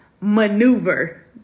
maneuver